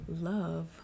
Love